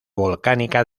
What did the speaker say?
volcánica